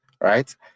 Right